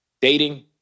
dating